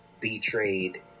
Betrayed